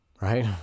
right